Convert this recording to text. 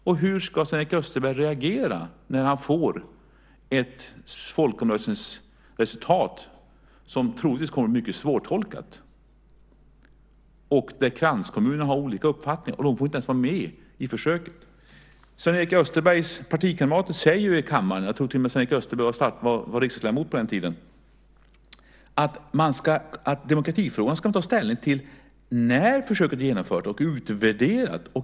Och hur ska Sven-Erik Österberg reagera när han får ett folkomröstningsresultat som troligtvis kommer att bli mycket svårtolkat? Kranskommunerna har olika uppfattningar, och de får inte ens vara med i försöket. Sven-Erik Österbergs partikamrater sade ju i kammaren - jag tror till och med att Sven-Erik Österberg var riksdagsledamot på den tiden - att man ska ta ställning till demokratifrågorna när försöket är genomfört och utvärderat.